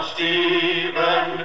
Stephen